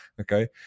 Okay